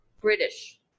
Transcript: British